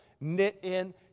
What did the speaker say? knit-in